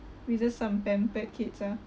we just some pampered kids ah